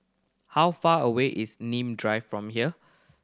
how far away is Nim Drive from here